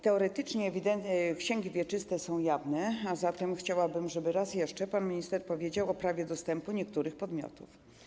Teoretycznie księgi wieczyste są jawne, a zatem chciałabym, żeby raz jeszcze pan minister powiedział o prawie dostępu niektórych podmiotów.